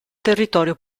territorio